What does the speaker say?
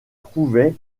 trouvait